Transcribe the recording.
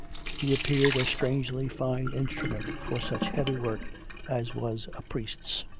he appeared a strangely fine instrument for such heavy work as was a priest's.